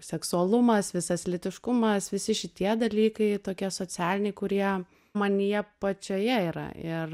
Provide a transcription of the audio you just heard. seksualumas visas lytiškumas visi šitie dalykai tokie socialiniai kurie manyje pačioje yra ir